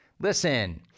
Listen